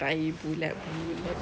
tahi bulat bulat